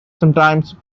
sometimes